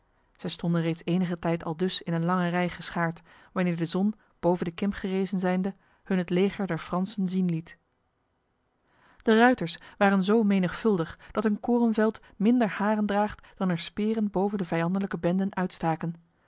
zij stonden reeds enige tijd aldus in een lange rij geschaard wanneer de zon boven de kim gerezen zijnde hun het leger der fransen zien liet de ruiters waren zo menigvuldig dat een korenveld minder haren draagt dan er speren boven de vijandlijke benden uitstaken